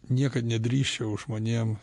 niekad nedrįsčiau žmonėm